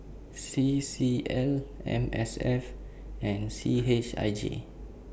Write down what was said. C C L M S F and C H I J